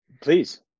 Please